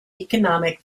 economic